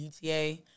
UTA